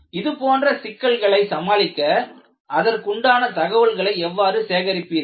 இதுபோன்ற சிக்கல்களை சமாளிக்க அதற்குண்டான தகவல்களை எவ்வாறு சேகரிப்பீர்கள்